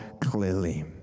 clearly